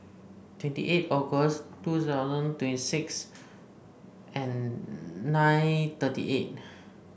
twenty eight August two thousand twenty six and nine thirty eight